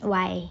why